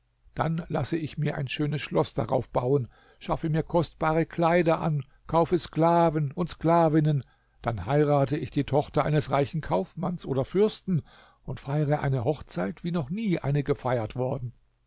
dann lasse ich mir ein schönes schloß darauf bauen schaffe mir kostbare kleider an kaufe sklaven und sklavinnen dann heirate ich die tochter eines reichen kaufmanns oder fürsten und feiere eine hochzeit wie noch nie eine gefeiert worden